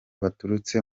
baturutse